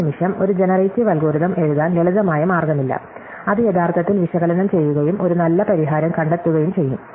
ഒരു നിമിഷം ഒരു ജനറേറ്റീവ് അൽഗോരിതം എഴുതാൻ ലളിതമായ മാർഗ്ഗമില്ല അത് യഥാർത്ഥത്തിൽ വിശകലനം ചെയ്യുകയും ഒരു നല്ല പരിഹാരം കണ്ടെത്തുകയും ചെയ്യും